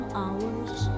hours